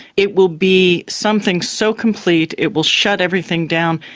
it will be something so complete it will shut everything down,